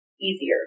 easier